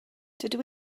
dydw